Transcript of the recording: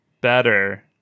better